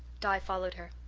di followed her.